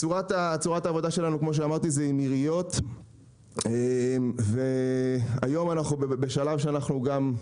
צורת העבודה שלנו היא עם עיריות והיום אנחנו בשלב שאנחנו גם,